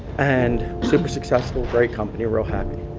and super successful, great company, real happy.